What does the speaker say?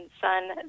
son